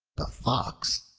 the fox,